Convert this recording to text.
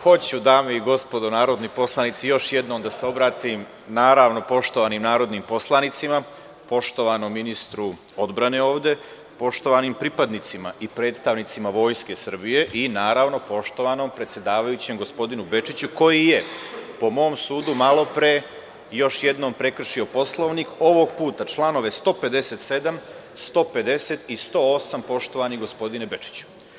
Hoću dame i gospodo narodni poslanici još jednom da se obratim, naravno poštovanim narodnim poslanicima, poštovanom ministru odbrane ovde, poštovanim pripadnicima i predstavnicima Vojske Srbije i naravno poštovanom predsedavajućem gospodinu Bečiću, koji je po mom sudu malopre još jednom prekršio Poslovnik ovog puta, članove 157, 150. i 108. poštovani gospodine Bečiću.